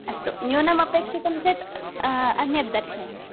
अस्तु न्यूनमपेक्षितं चेत् अन्यद् दर्शयामि